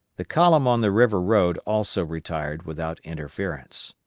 the column on the river road also retired without interference.